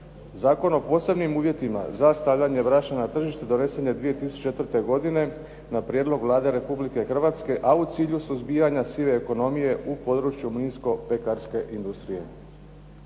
Zakon o posebnim uvjetima za stavljanje brašna na tržište donesen je 2004. godine na prijedlog Vlade Republike Hrvatske a u cilju suzbijanja sive ekonomije u području mlinsko pekarske industrije.